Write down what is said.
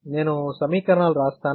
నేను సమీకరణాలు రాస్తాను